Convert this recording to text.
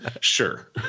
sure